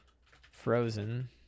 frozen